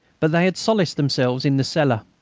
but they had solaced themselves in the cellar.